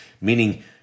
meaning